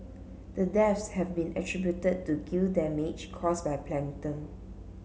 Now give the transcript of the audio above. the deaths have been attributed to gill damage caused by plankton